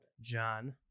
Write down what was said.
John